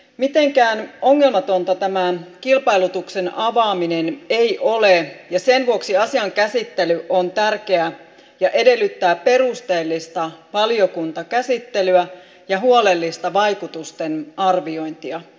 mitenkään ongelmatonta tämän kilpailutuksen avaaminen ei ole ja sen vuoksi asian käsittely on tärkeää ja edellyttää perusteellista valiokuntakäsittelyä ja huolellista vaikutusten arviointia